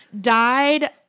died